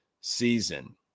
season